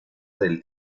del